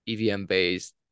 EVM-based